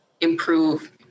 improve